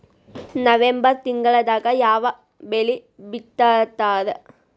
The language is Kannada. ನವೆಂಬರ್ ತಿಂಗಳದಾಗ ಯಾವ ಬೆಳಿ ಬಿತ್ತತಾರ?